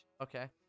Okay